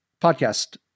podcast